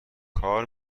کار